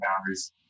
boundaries